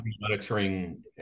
monitoring